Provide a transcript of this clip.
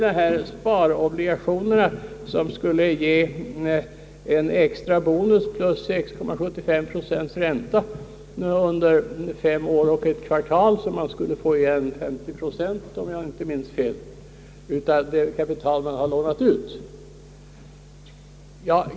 Jag nämner sparobligationerna, som skulle ge en extra bonus plus 6,75 procents ränta, vilket innebär att en låntagare på fem år och ett kvartal skulle få igen 50 procent mer än det kapital han lånat ut.